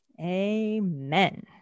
Amen